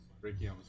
Ricky